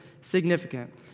significant